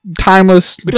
Timeless